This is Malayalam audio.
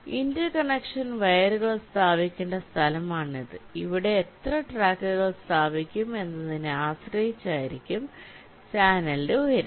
ഇന്റർകണക്ഷൻ വയറുകൾ സ്ഥാപിക്കേണ്ട സ്ഥലമാണിത് ഇവിടെ എത്ര ട്രാക്കുകൾ സ്ഥാപിക്കും എന്നതിനെ ആശ്രയിച്ച്ആ യിരിക്കും ചാനലിന്റെ ഉയരം